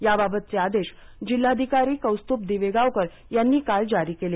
याबाबतचे आदेश जिल्हाधिकारी कौस्तुभ दिवेगावकर यांनी काल जारी केले